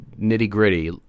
nitty-gritty